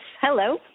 hello